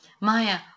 Maya